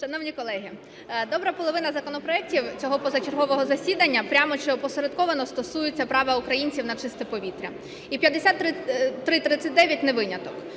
Шановні колеги, добра половина законопроектів цього позачергового засідання прямо чи опосередковано стосується права українців на чисте повітря і 5339 не виняток.